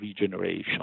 regeneration